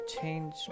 change